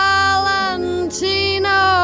Valentino